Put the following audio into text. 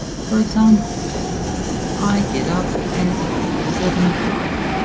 for example i get up at seven o'clock.